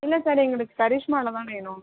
இல்லை சார் எங்களுக்கு கரிஷ்மாவில் தான் வேணும்